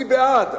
ואני בעד.